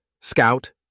Scout